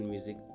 Music